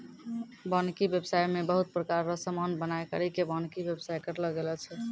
वानिकी व्याबसाय मे बहुत प्रकार रो समान बनाय करि के वानिकी व्याबसाय करलो गेलो छै